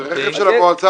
דרך אגב, זה רכב של המועצה.